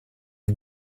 you